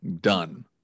Done